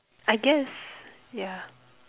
I guess yeah